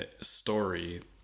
story